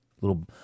little